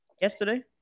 Yesterday